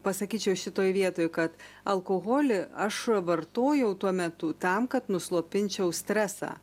pasakyčiau šitoj vietoj kad alkoholį aš vartojau tuo metu tam kad nuslopinčiau stresą